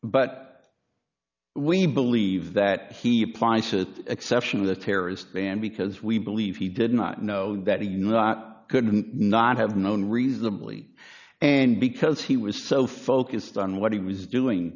but we believe that he applies a exception to the terrorist ban because we believe he did not know that he not couldn't not have known reasonably and because he was so focused on what he was doing